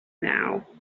now